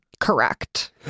correct